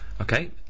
Okay